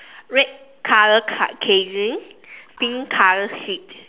red color ca~ casing pink color seat